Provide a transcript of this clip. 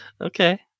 Okay